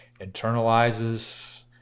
internalizes